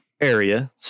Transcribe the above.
area